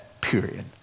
period